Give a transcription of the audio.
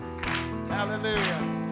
hallelujah